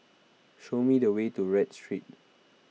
show me the way to Read Street